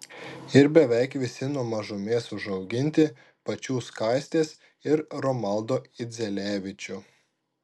ir beveik visi nuo mažumės užauginti pačių skaistės ir romaldo idzelevičių